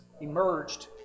emerged